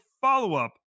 follow-up